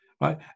Right